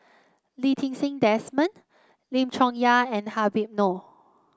Lee Ti Seng Desmond Lim Chong Yah and Habib Noh